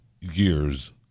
years